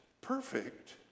perfect